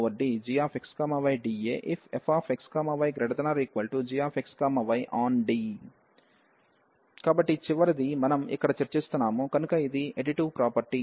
∬DfxydA∬DgxydAiffxy≥gxyonD కాబట్టి చివరిది మనం ఇక్కడ చర్చిస్తున్నాము కనుక ఇది ఎడిటివ్ ప్రాపర్టి